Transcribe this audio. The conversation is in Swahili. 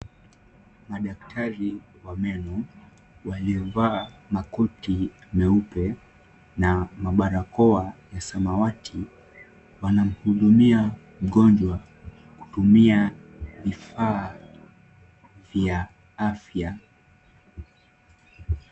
Madaktari wa meno waliovaa makoti meupe na mabarakoa za samawati wanamhudumia mgonjwa kutumia vifaa vya afya.